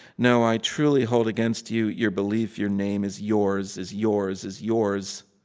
no, i truly hold against you your belief your name is yours, is yours, is yours.